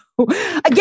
Again